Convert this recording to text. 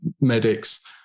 medics